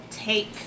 take